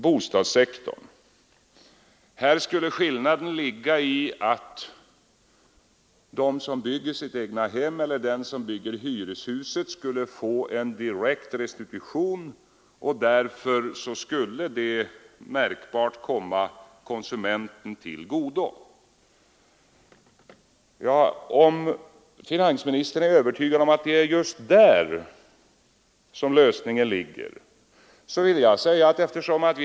Skillnaden mellan handeln och bostadssektorn skulle ligga i att de som bygger sitt egnahem eller den som bygger ett hyreshus skulle få en direkt restitution som därför märkbart skulle komma konsumenten till godo. Men vi har sagt att sänkningen skall vara temporär.